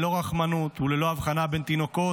ללא רחמנות וללא הבחנה בין תינוקות,